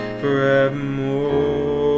forevermore